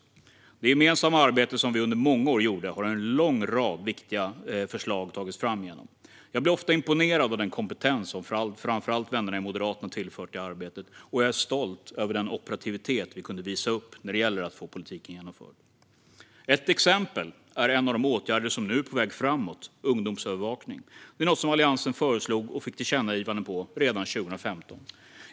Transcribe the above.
I det gemensamma arbete som vi under många år gjorde togs en lång rad viktiga förslag fram. Jag blev ofta imponerad av den kompetens som framför allt vännerna i Moderaterna tillförde det arbetet. Och jag är stolt över den operativitet vi kunde visa upp när det gällde att få politiken genomförd. Ett exempel är en av de åtgärder som nu är på väg framåt, ungdomsövervakning. Det är något som Alliansen föreslog och fick tillkännagivande om redan 2015.